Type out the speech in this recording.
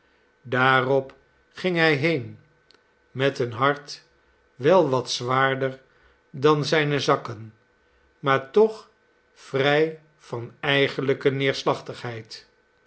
jdaarop ging hij been met een hart wel wat zwaarder dan zijne zakken maar toch vrij van eigenlijke neerslachtigheid